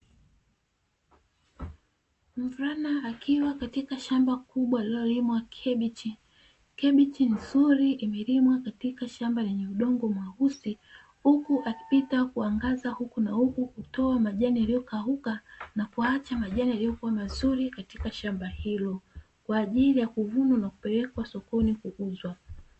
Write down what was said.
Mvulana akiwa katika shamba kubwa linalolimwa kabichi. Kabichi nzuri imelimwa katika enye shamba udongo mweusi, huku akipita kuangaza huku na huku kutoa majani yaliyokauka, na kuacha majani yaliyokuwa mazuri katika shamba hilo kwa ajili ya kuvunwa na kupelekwa sokoni kuuzwa.